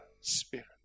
spirit